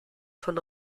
von